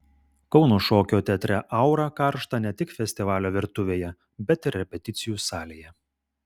kauno šokio teatre aura karšta ne tik festivalio virtuvėje bet ir repeticijų salėje